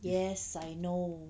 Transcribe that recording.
yes I know